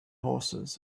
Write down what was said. horses